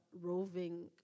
roving